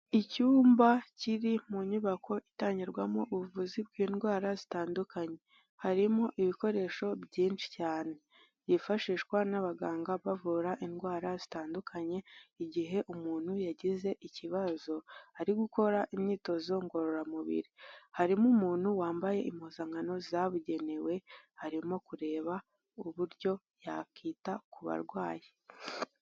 Icyumba kiri mu nyubako itangirwamo ubuvuzi bw'indwara zitandukanye, harimo ibikoresho byinshi cyane byifashishwa n'abaganga bavura indwara zitandukanye, igihe umuntu yagize ikibazo ari gukora imyitozo ngororamubiri, harimo umuntu wambaye impuzankano zabugenewe arimo kureba uburyo yakita ku barwayi.